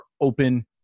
open